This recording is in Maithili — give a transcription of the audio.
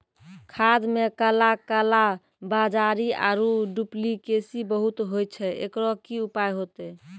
खाद मे काला कालाबाजारी आरु डुप्लीकेसी बहुत होय छैय, एकरो की उपाय होते?